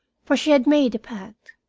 for she had made a pact,